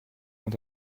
sont